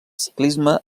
ciclisme